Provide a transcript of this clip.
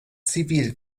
zivil